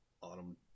Autumn